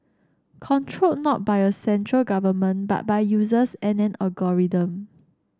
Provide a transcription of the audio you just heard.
controlled not by a central government but by users and an algorithm